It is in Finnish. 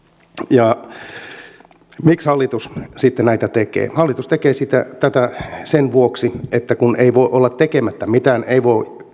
ja siitä miksi hallitus näitä tekee hallitus tekee tätä sen vuoksi että ei voi olla tekemättä mitään ei voi